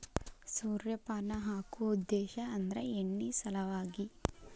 ಸೂರ್ಯಪಾನ ಹಾಕು ಉದ್ದೇಶ ಅಂದ್ರ ಎಣ್ಣಿ ಸಲವಾಗಿ